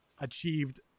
achieved